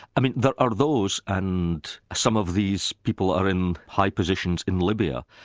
there are those and some of these people are in high positions in libya,